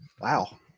wow